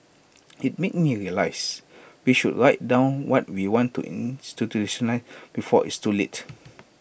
IT made me realise we should write down what we want to before it's too late